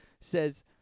says